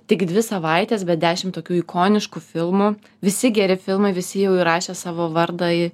tik dvi savaites bet dešimt tokių ikoniškų filmų visi geri filmai visi jau įrašė savo vardą